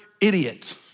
idiot